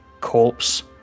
corpse